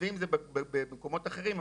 מתנדבים זה במקומות אחרים,